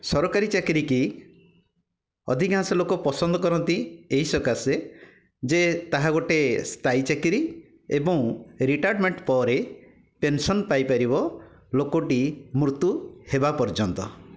ସରକାରୀ ଚାକିରିକି ଅଧକାଂଶ ଲୋକ ପସନ୍ଦ କରନ୍ତି ଏହିସକାସେ ଯେ ତାହା ଗୋଟିଏ ସ୍ଥାୟୀ ଚାକିରି ଏବଂ ରିଟାଏର୍ଡ଼ମେଣ୍ଟ ପରେ ପେନ୍ସନ୍ ପାଇପାରିବ ଲୋକଟି ମୃତ୍ୟୁ ହେବା ପର୍ଯ୍ୟନ୍ତ